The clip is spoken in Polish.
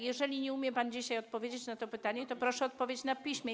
Jeżeli nie umie pan dzisiaj odpowiedzieć na to pytanie, to proszę odpowiedzieć na piśmie.